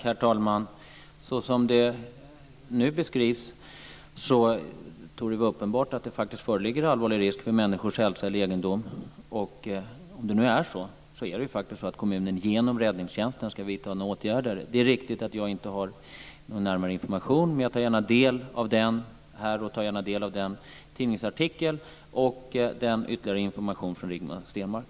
Herr talman! Såsom området nu beskrivs torde det vara uppenbart att det faktiskt föreligger allvarlig risk för människors hälsa och egendom. Om det är så, måste kommunen genom räddningstjänsten vidta åtgärder. Det är riktigt att jag inte har någon närmare information, men jag tar gärna del av tidningsartikeln och ytterligare information från Rigmor Stenmark.